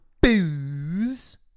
booze